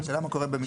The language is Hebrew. השאלה מה קורה אם,